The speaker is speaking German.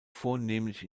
vornehmlich